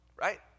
right